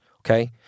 okay